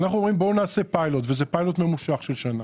אנחנו אומרים בואו נעשה פיילוט וזה פיילוט ממושך של שנה.